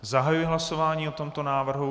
Zahajuji hlasování o tomto návrhu.